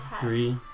three